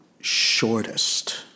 shortest